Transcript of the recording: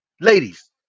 Ladies